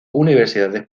universidades